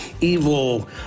evil